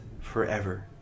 forever